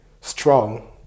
strong